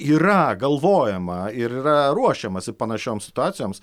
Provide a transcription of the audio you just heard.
yra galvojama ir yra ruošiamasi panašioms situacijoms